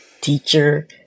teacher